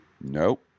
nope